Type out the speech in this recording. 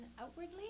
outwardly